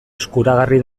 eskuragarri